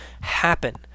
happen